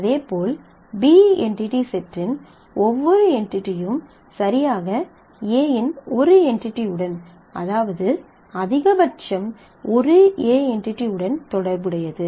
அதேபோல் B entity செட்டின் ஒவ்வொரு என்டிடியும் சரியாக A இன் ஒரு என்டிடி உடன் அதாவது அதிகபட்சம் ஒரு A என்டிடி உடன் தொடர்புடையது